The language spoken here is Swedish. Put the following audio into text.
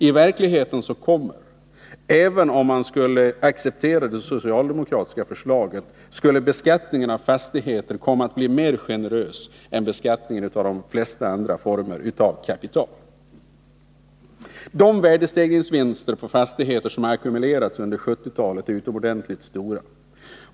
I verkligheten kommer, även med det socialdemokratiska förslaget, beskattningen av fastigheter att bli mer generös än beskattningen av de flesta andra former av kapital. De värdestegringsvinster på fastigheter som ackumulerats under 1970 talet är utomordentligt stora.